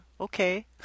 okay